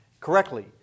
correctly